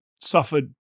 suffered